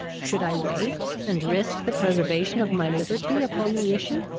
should i wait, and risk the preservation of my liberty upon the issue?